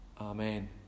Amen